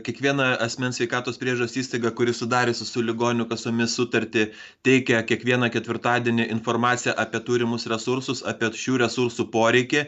kiekviena asmens sveikatos priežiūros įstaiga kuri sudariusi su ligonių kasomis sutartį teikia kiekvieną ketvirtadienį informaciją apie turimus resursus apie šių resursų poreikį